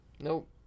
Nope